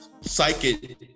psychic